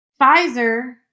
Pfizer